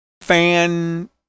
fan